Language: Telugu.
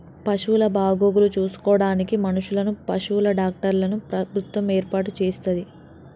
పశువుల బాగోగులు చూసుకోడానికి మనుషులను, పశువుల డాక్టర్లను ప్రభుత్వం ఏర్పాటు చేస్తది